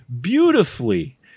beautifully